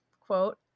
quote